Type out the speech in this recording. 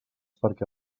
perquè